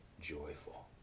joyful